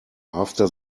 after